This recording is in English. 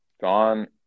Gone